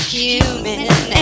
human